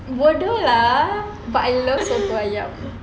bodoh lah but I love soto ayam